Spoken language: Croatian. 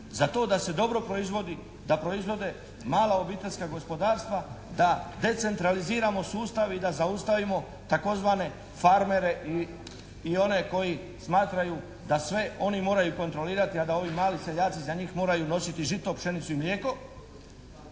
za to da se dobro proizvodi, da proizvode mala obiteljska gospodarstva, da decentraliziramo sustav i da zaustavimo takozvane farmere i one koji smatraju da sve oni moraju kontrolirati, a da ovi mali seljaci za njih moraju nositi žito, pšenicu i mlijeko.